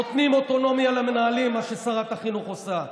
נותנים אוטונומיה למנהלים, מה ששרת החינוך עושה.